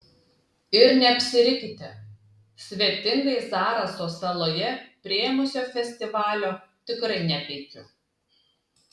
ir neapsirikite svetingai zaraso saloje priėmusio festivalio tikrai nepeikiu